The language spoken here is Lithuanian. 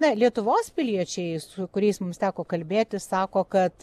na lietuvos piliečiai su kuriais mums teko kalbėtis sako kad